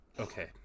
Okay